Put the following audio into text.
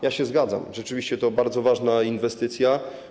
Ja się zgadzam, rzeczywiście to bardzo ważna inwestycja.